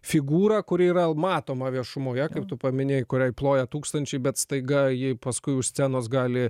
figūrą kuri yra matoma viešumoje kaip tu paminėjai kuriai ploja tūkstančiai bet staiga jai paskui už scenos gali